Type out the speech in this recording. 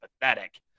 pathetic